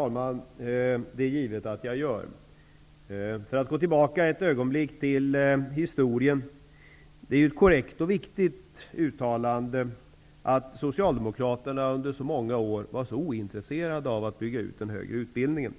Herr talman! Det är givet att jag delar Birger Anderssons uppfattning i den frågan. För att ett ögonblick gå tillbaka till historien: Det är ett korrekt och viktigt uttalande att Socialdemokraterna under många år var ointresserade av att bygga ut den högre utbildningen.